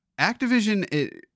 Activision